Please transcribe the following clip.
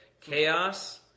chaos